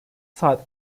saat